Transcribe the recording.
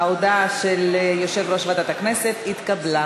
ההודעה של יושב-ראש ועדת הכנסת התקבלה.